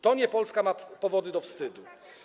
To nie Polska ma powody do wstydu.